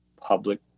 public